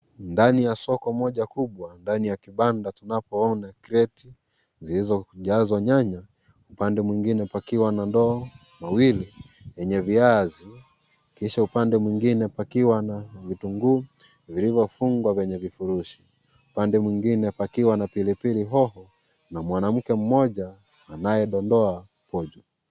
Ndani ya soko moja kubwa, ndani ya kibanda tunapoona kreti zilizojazwa nyanya upande mwingine pakiwa na ndoo; mawili yenye viazi, kisha upande mwingine pakiwa na vitunguu vilivyofungwa kwenye vifurushi. Upande mwingine, pakiwa na pilipili hoho na mwanamke mmoja anayedondoa pojo.